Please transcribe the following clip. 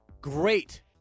Great